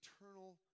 eternal